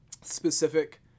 specific